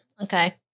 okay